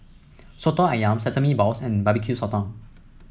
Soto ayam Sesame Balls and Barbecue Sotong